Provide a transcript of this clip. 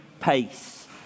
pace